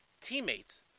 teammates